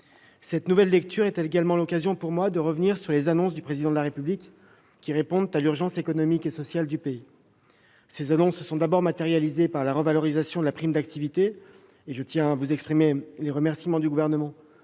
Cette nouvelle lecture est également l'occasion pour moi de revenir sur les annonces du Président de la République, qui répondent à l'urgence économique et sociale du pays. Ces annonces se sont d'abord matérialisées par la revalorisation de la prime d'activité, que vous avez adoptée à l'unanimité